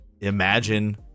Imagine